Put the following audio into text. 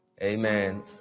Amen